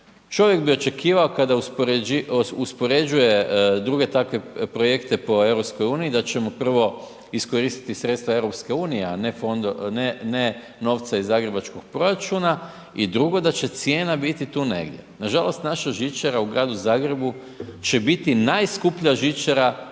Čovjek bi očekivao kada uspoređuje druge takve projekte po EU da ćemo prvo iskoristiti sredstva EU, a ne novce iz zagrebačkog proračuna i drugo da će cijena biti tu negdje. Nažalost naša žičara u Gradu Zagrebu će biti najskuplja žičara u EU, čak